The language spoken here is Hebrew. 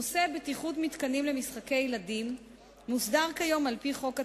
נושא בטיחות מתקנים למשחקי ילדים מוסדר כיום על-פי חוק התקנים,